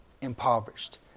impoverished